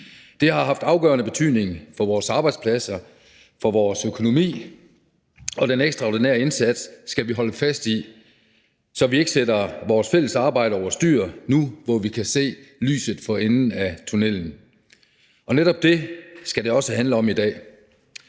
Det har haft afgørende betydning for vores arbejdspladser og vores økonomi, og den ekstraordinære indsats skal vi holde fast i, så vi ikke sætter vores fælles arbejde overstyr nu, hvor vi kan se lyset for enden af tunnellen, og netop det skal det også handle om i dag.